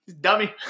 Dummy